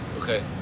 Okay